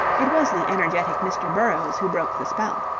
it was the energetic mr. burrowes who broke the spell.